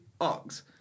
ox